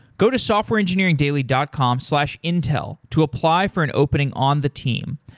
go to softwareengineeringdaily dot com slash intel to apply for an opening on the team.